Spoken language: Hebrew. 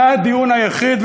זה הדיון היחיד,